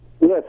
Yes